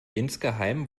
insgeheim